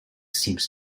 seems